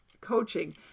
coaching